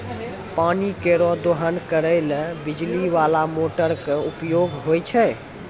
पानी केरो दोहन करै ल बिजली बाला मोटर क उपयोग होय छै